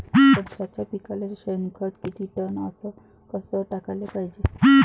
संत्र्याच्या पिकाले शेनखत किती टन अस कस टाकाले पायजे?